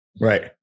Right